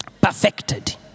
Perfected